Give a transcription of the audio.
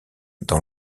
dans